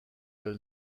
will